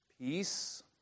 peace